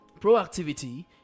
proactivity